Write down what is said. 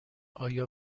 آیا